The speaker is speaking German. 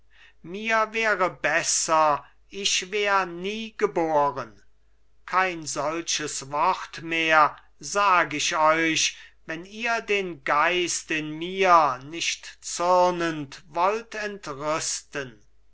mir wäre besser ich wär nie geboren kein solches wort mehr sag ich euch wenn ihr den geist in mir nicht zürnend wollt entrüsten